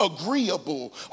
agreeable